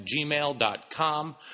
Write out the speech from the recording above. gmail.com